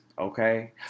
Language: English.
Okay